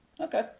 Okay